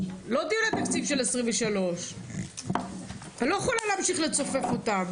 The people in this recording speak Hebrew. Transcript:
לא דיוני תקציב של 2023. אני לא יכולה להמשיך לצופף אותם,